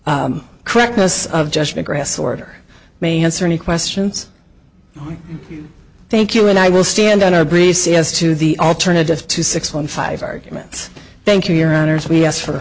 correctness of judge mcgrath order may answer any questions thank you and i will stand on our brief c s to the alternative to six one five arguments thank you your honors we asked for